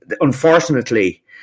unfortunately